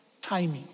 timing